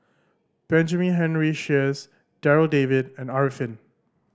Benjamin Henry Sheares Darryl David and Arifin